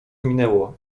minęło